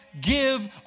give